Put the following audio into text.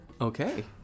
Okay